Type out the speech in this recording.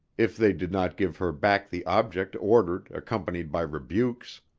if they did not give her back the object ordered accompanied by rebukes!